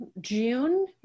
June